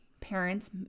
parents